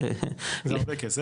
זה הרבה כסף.